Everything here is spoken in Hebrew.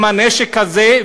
אם הנשק הזה,